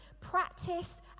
practice